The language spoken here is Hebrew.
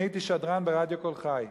אני הייתי שדרן ברדיו "קול חי",